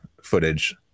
footage